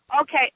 Okay